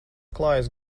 klājas